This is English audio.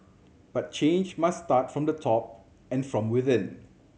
but change must start from the top and from within